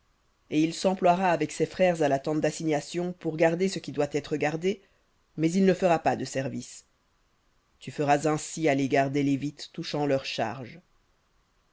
et il s'emploiera avec ses frères à la tente d'assignation pour garder ce qui doit être gardé mais il ne fera pas de service tu feras ainsi à l'égard des lévites touchant leurs charges